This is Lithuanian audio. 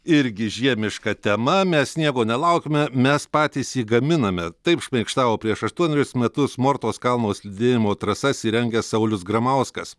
irgi žiemiška tema mes sniego nelaukiame mes patys jį gaminame taip šmaikštavo prieš aštuonerius metus mortos kalno slidinėjimo trasas įrengęs saulius gramauskas